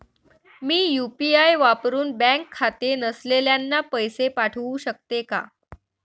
मी UPI वापरुन bank खाते नसलेल्यांना पैसे पाठवू शकते का?